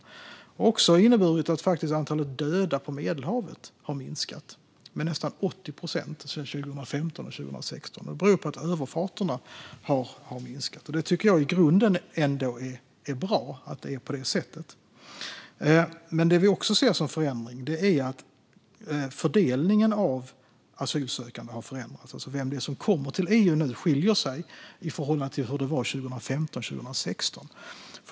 Det har också inneburit att antalet döda på Medelhavet faktiskt har minskat med nästan 80 procent sedan 2015-2016. Detta beror på att överfarterna har minskat. Jag tycker att det i grunden är bra att det är på det sättet. Vi ser också att fördelningen av asylsökande har förändrats. De som kommer till EU nu skiljer sig i förhållande till hur det var 2015-2016.